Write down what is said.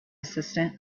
assistant